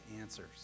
answers